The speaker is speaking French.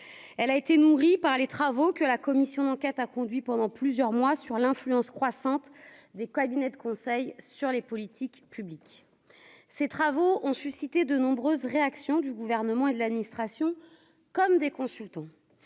elle a été nourrie par les travaux que la commission d'enquête a conduit pendant plusieurs mois sur l'influence croissante des cabinets de conseil sur les politiques publiques, ces travaux ont suscité de nombreuses réactions du gouvernement et de l'administration comme des consultants